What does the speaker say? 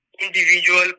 individual